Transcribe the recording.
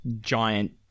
giant